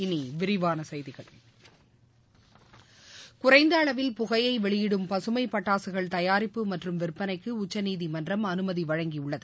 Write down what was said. இனி விரிவான செய்திகள் குறைந்த அளவில் புகையை வெளியிடும் பகுமை பட்டாசுகள் தயாரிப்பு மற்றும் விற்பனைக்கு உச்சநீதிமன்றம் அனுமதி வழங்கியுள்ளது